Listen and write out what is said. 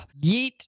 yeet